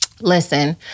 listen